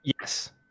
Yes